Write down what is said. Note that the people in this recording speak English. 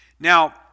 Now